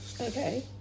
okay